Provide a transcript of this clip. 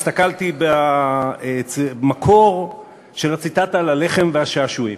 הסתכלתי במקור של הציטטה על הלחם והשעשועים,